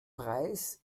preis